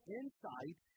insight